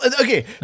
okay